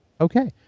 okay